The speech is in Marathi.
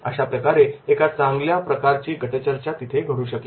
अशाप्रकारे एक चांगल्या प्रकारची गटचर्चा तिथे घडू शकेल